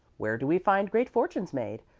where do we find great fortunes made?